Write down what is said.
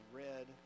red